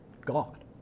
God